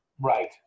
Right